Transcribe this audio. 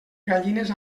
gallines